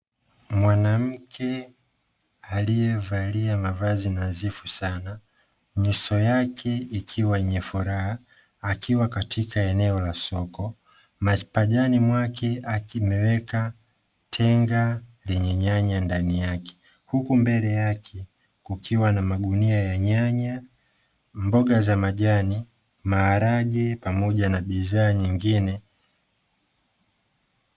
Mwanamke aliyevalia mavazi nadhifu sana nyuso yake ikiwa yenye furaha akiwa katika eneo la soko mapajani mwake akiwa ameweka tenga lenye nyanya ndani yake huku mbele yake kukiwa na magunia ya nyanya, mboga za majani na maharage pamoja na bidhaa nyingine.